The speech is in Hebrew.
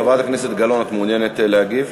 חברת הכנסת גלאון, את מעוניינת להגיב?